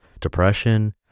depression